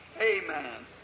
Amen